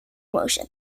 motion